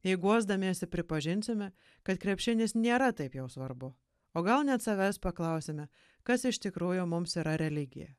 jei guosdamiesi pripažinsime kad krepšinis nėra taip jau svarbu o gal net savęs paklausiame kas iš tikrųjų mums yra religija